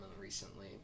recently